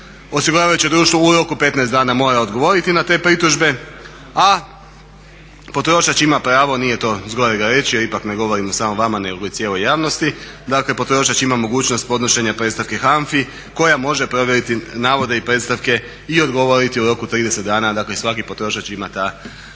Osiguravajuće društvo u roku 15 dana mora odgovoriti na te pritužbe, a potrošač ima pravo, nije to zgorega reći jer ipak ne govorimo samo vama nego i cijeloj javnosti, dakle potrošač ima mogućnost podnošenja predstavke HANFA-i koja može provjeriti navode i predstavke i odgovoriti u roku od 30 dana. Dakle, svaki potrošač ima ta prava